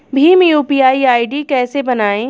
Bhim UPI ID कैसे बनाएं?